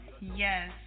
Yes